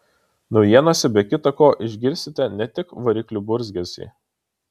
naujienose be kita ko išgirsite ne tik variklių burzgesį